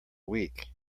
week